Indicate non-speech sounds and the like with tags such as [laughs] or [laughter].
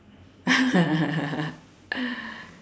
[laughs]